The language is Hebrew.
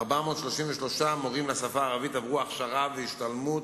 עברו 433 מורים לשפה הערבית הכשרה והשתלמות